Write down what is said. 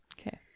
Okay